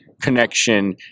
connection